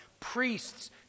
Priests